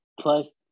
plus